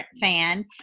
fan